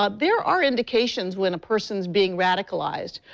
ah there are indications when a person is being radicalized.